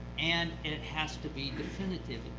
and and it has to be definitive,